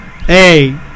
Hey